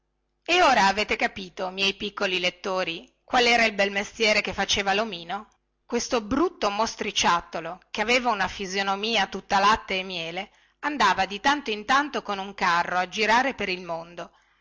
e ora avete capito miei piccoli lettori qual era il bel mestiere che faceva lomino questo brutto mostriciattolo che aveva una fisionomia tutta latte e miele andava di tanto in tanto con un carro a girare per il mondo